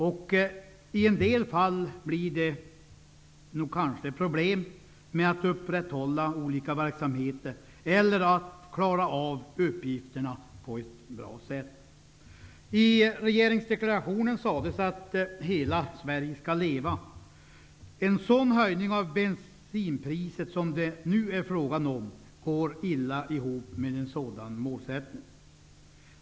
I en del fall blir det kanske problem med att upprätthålla olika verksamheter eller att klara av uppgifterna på ett bra sätt. I regeringsdeklarationen sägs att ''Hela Sverige skall leva''. En sådan höjning av bensinpriset som det nu är fråga om går illa ihop med denna målsättning.